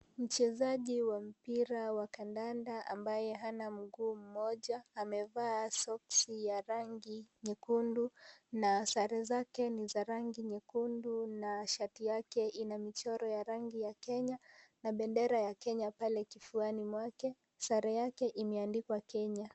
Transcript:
Mchezaji wa mpira wa kandanda ambaye hana mguu moja. Amevaa soksi ya rangi nyekundu na sare zake ni za rangi nyekundu na shati yake ina michoro ya rangi ya Kenya na bendera ya Kenya pale kifuani mwake. Sare yake, imeandikwa Kenya.